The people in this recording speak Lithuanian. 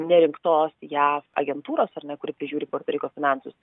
nerinktos jav agentūros ar ne kuri prisižiūri puerto riko finansus